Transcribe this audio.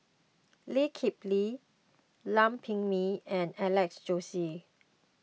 Lee Kip Lee Lam Pin Min and Alex Josey